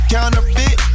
Counterfeit